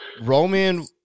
Roman